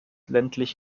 ländlich